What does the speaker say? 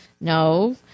No